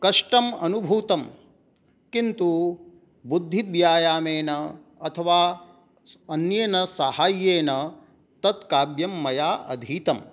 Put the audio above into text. कष्टम् अनुभूतं किन्तु बुद्धिव्यायामेन अथवा अन्येन साहाय्येन तत् काव्यं मया अधीतं